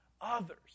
others